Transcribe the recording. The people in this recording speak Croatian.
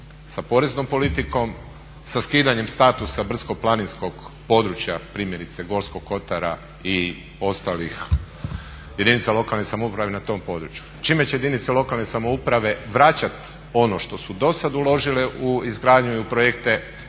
sa poreznom politikom, sa skidanjem statusa brdsko planinskog područja primjerice Gorskog Kotara i ostalih jedinca lokalne samouprave na tom području. Čime će jedinice lokalne samouprave vraćat ono što su dosad uložile u izgradnju i u projekte